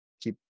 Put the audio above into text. keep